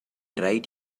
right